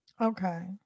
Okay